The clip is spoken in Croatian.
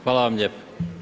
Hvala vam lijepo.